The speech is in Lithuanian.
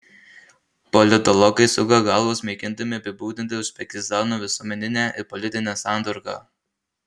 politologai suka galvas mėgindami apibūdinti uzbekistano visuomeninę ir politinę santvarką